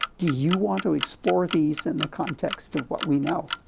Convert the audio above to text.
do you want to explore these in the context of what we know?